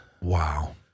Wow